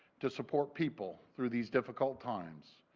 to support people through these difficult times.